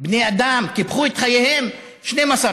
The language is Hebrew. בני אדם, קיפחו את חייהם בני אדם.